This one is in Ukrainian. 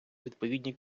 відповідні